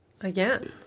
Again